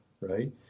Right